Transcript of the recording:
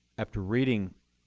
after reading